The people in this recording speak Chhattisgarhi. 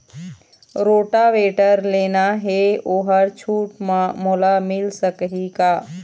रोटावेटर लेना हे ओहर छूट म मोला मिल सकही का?